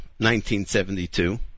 1972